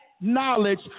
knowledge